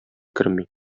керми